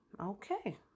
Okay